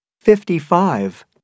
fifty-five